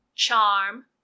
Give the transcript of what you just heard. charm